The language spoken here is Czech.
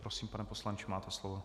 Prosím, pane poslanče, máte slovo.